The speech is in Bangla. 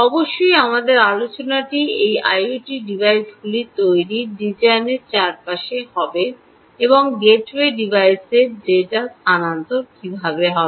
অবশ্যই আমাদের আলোচনাটি এই আইওটি ডিভাইসগুলির তৈরি ডিজাইনের চারপাশে হবে এবং এই গেটওয়ে ডিভাইসে ডেটা স্থানান্তর কীভাবে হবে